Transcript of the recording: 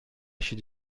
should